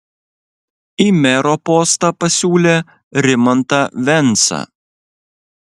į mero postą pasiūlė rimantą vensą